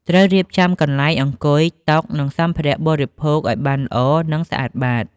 ត្រូវរៀបចំកន្លែងអង្គុយ តុ និងសម្ភារៈបរិភោគឲ្យបានល្អ និងស្អាតបាត។